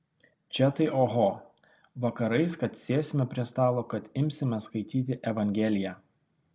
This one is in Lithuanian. čia tai oho vakarais kad sėsime prie stalo kad imsime skaityti evangeliją